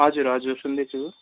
हजुर हजुर सुन्दैछु